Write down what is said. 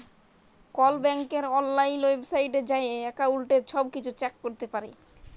call ব্যাংকের অললাইল ওয়েবসাইটে যাঁয়ে এক্কাউল্টের ছব কিছু চ্যাক ক্যরতে পারি